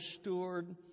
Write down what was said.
steward